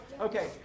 Okay